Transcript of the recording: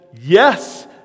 yes